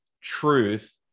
truth